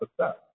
success